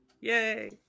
Yay